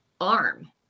arm